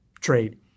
trade